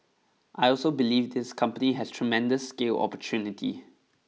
I also believe this company has tremendous scale opportunity